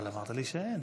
אבל אמרת לי שאין.